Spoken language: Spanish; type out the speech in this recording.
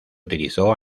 utilizó